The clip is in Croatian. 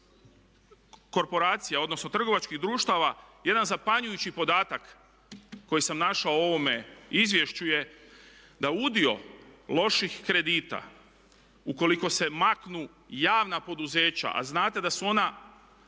korporacije odnosno trgovačkih društava jedan zapanjujući podatak koji sam našao u ovome izvješću je da udio loših kredita ukoliko se maknu javna poduzeća, a znate da su ona